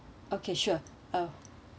okay sure uh